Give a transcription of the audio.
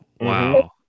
Wow